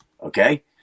Okay